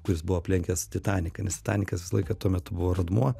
kuris buvo aplenkęs titaniką nes titanikas visą laiką tuo metu buvo rodmuo